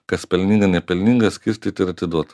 kas pelninga nepelninga skirstyt ir atiduot